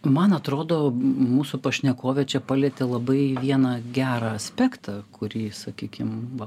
man atrodo mūsų pašnekovė čia palietė labai vieną gerą aspektą kurį sakykim